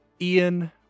Ian